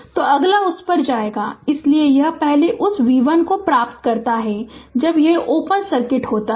तो अगला उस पर जाएगा इसलिए यह पहले उस v 1 को प्राप्त करता है जब यह ओपन सर्किट होता है